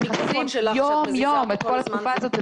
שמכסים יום-יום את כל התקופה הזאת,